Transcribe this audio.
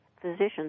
physicians